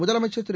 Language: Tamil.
முதலமைச்சர் திரு